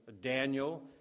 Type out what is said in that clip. Daniel